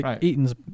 Eaton's